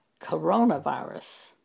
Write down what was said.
coronavirus